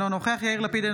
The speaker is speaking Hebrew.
אינו נוכח יאיר לפיד,